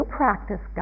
practice